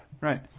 Right